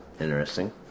Interesting